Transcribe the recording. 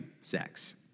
sex